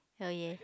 oh ya